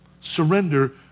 Surrender